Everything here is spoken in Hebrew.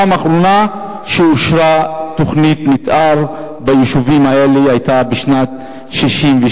הפעם האחרונה שאושרה תוכנית מיתאר ביישובים האלה היתה ב-1968.